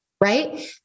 right